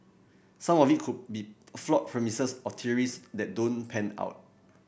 some of it could be flawed premises or theories that don't pan out